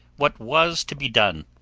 what was to be done?